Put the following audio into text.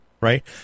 Right